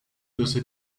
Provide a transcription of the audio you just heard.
tussen